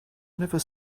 never